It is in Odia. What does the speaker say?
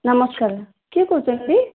ନମସ୍କାର କିଏ କହୁଛନ୍ତି